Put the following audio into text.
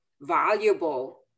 valuable